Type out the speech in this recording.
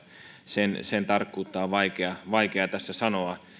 sen sen tarkkuutta on vaikea vaikea tässä sanoa